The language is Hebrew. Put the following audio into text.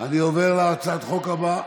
אני עובר להצעת החוק הבאה,